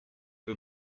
who